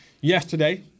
yesterday